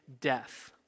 death